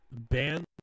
ban